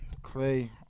Clay